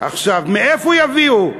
עכשיו, מאיפה יביאו?